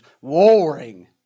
warring